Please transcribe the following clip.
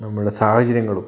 നമ്മുടെ സാഹചര്യങ്ങളും